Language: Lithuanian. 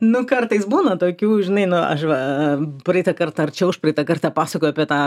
nu kartais būna tokių žinai nu aš va praeitą kartą ar čia užpraeitą kartą pasakojau apie tą